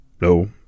no